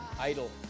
idol